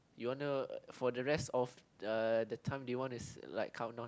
you wanna for the rest of uh the time do you wanna si~ like countdown